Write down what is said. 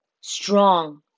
Strong